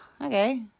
okay